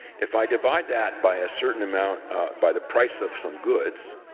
if i divide that by a certain amount by the price of some goods,